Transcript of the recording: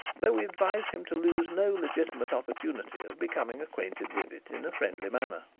though we advise him to lose no legitimate opportunity of becoming acquainted with it in a friendly manner.